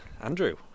andrew